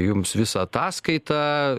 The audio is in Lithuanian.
jums visą ataskaitą